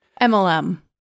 MLM